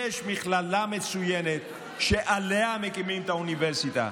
יש מכללה מצוינת שעליה מקימים את האוניברסיטה,